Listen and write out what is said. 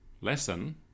lesson